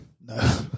No